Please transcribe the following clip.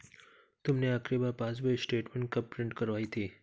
तुमने आखिरी बार पासबुक स्टेटमेंट कब प्रिन्ट करवाई थी?